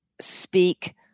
speak